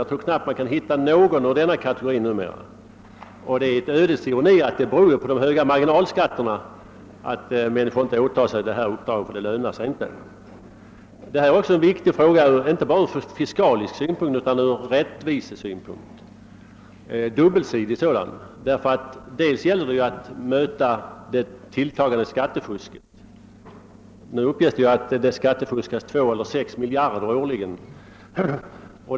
Jag tror knappast att man numera kan hitta någon av denna kategori som taxeringsnämndsordförande. Det är en ödets ironi att folk inte åtar sig dessa uppdrag på grund av marginalskatterna. Det lönar sig inte för dem. Detta är en viktig fråga inte bara ur fiskalisk synpunkt utan ur rättvisesyn punkt. Frågan är dubbelsidig. Dels gäller det att möta det tilltagande skattefusket. Det uppges att detta årligen uppgår till mellan 2 och 6 miljarder kronor.